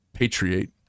patriate